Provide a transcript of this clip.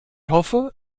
hoffe